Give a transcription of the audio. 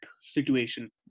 situation